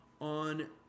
on